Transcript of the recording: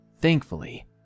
Thankfully